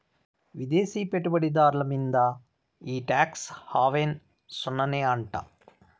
విదేశీ పెట్టుబడి దార్ల మీంద ఈ టాక్స్ హావెన్ సున్ననే అంట